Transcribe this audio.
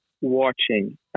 watching